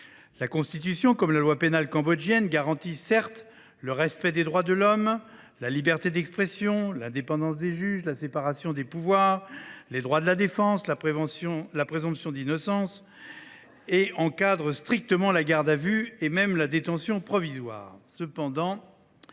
la Constitution comme la loi pénale cambodgiennes garantissent le respect des droits de l’homme, la liberté d’expression, l’indépendance des juges, la séparation des pouvoirs, les droits de la défense, la présomption d’innocence et encadrent strictement la garde à vue et la détention provisoire.